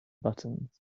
buttons